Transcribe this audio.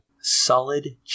Solid